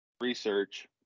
research